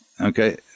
Okay